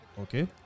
Okay